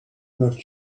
enough